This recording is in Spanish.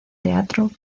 teatro